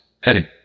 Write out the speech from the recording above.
Heading